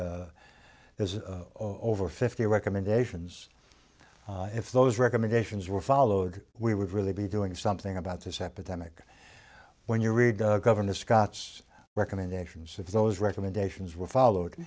of over fifty recommendations if those recommendations were followed we would really be doing something about this epidemic when you read governor scott's recommendations if those recommendations were followed